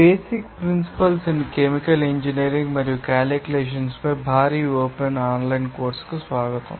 basic principles in chemical engineering మరియు calculations పై భారీ ఓపెన్ ఆన్లైన్ కోర్సుకు స్వాగతం